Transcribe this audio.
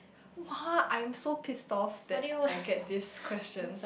!wah! I am so pissed off that I get these questions